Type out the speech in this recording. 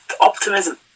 Optimism